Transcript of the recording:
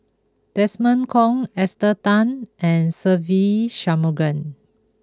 Desmond Kon Esther Tan and Se Ve Shanmugam